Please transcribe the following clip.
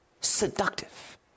seductive